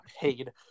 paid